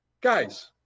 guys